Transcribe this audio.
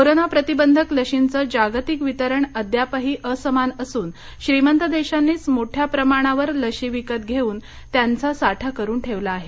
corona प्रतिबंधक लशींचं जागतिक वितरण अद्यापही असमान असून श्रीमंत देशांनीच मोठ्या प्रमाणावर लशी विकत घेऊन त्यांचा साठा करून ठेवला आहे